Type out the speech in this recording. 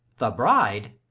the bride!